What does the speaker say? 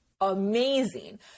amazing